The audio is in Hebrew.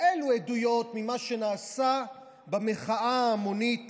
אלו עדויות ממה שנעשה במחאה ההמונית